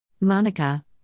Monica